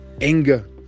anger